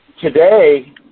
today